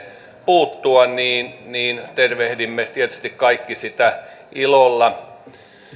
puuttua tervehdimme tietysti kaikki sitä ilolla